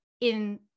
in-